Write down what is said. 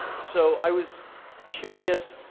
so, i was curious,